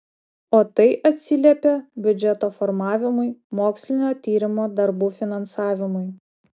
o tai atsiliepia biudžeto formavimui mokslinio tyrimo darbų finansavimui